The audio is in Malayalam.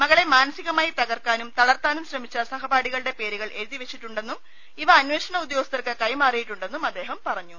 മകളെ മാനസികമായി തകർക്കാനും തളർത്താനും ശ്രമിച്ച സഹപാഠിക ളുടെ പേരുകൾ എഴുതിവെച്ചിട്ടുണ്ടെന്നും ഇവ അനേഷണ ഉദ്യോഗസ്ഥർക്ക് കൈമാറിയിട്ടുണ്ടെന്നും അദ്ദേഹം പറഞ്ഞു